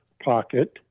pocket